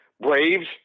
Braves